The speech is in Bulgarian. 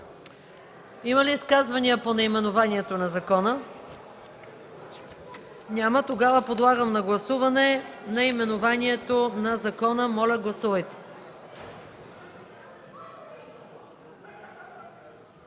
Има ли изказвания по наименованието на закона? Няма. Подлагам на гласуване наименованието на закона. Гласували